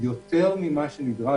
יותר ממה שנדרש,